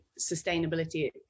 sustainability